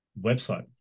website